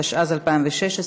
התשע"ז 2016,